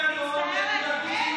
היה טוב לו כולם היו יכולים להבין,